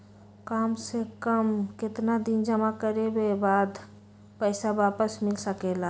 काम से कम केतना दिन जमा करें बे बाद पैसा वापस मिल सकेला?